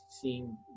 seeing